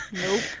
nope